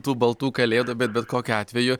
tų baltų kalėdų bet bet kokiu atveju